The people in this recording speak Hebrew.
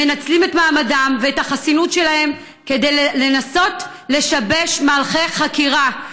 מנצלים את מעמדם ואת החסינות שלהם כדי לנסות לשבש מהלכי חקירה.